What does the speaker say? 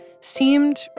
seemed